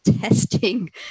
testing